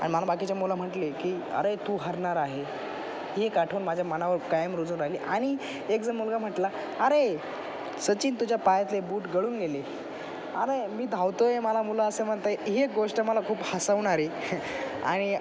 आणि मला बाकीचे मुलं म्हटले की अरे तू हरणार आहे ही एक आठवण माझ्या मनावर कायम रुजून राहिली आणि एक जणं मुलगा म्हटला अरे सचिन तुझ्या पायातले बूट गळून गेले अरे मी धावतो आहे मला मुलं असं म्हणत आहे ही एक गोष्ट मला खूप हसवणारी आणि